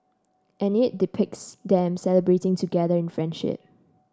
and it depicts them celebrating together in friendship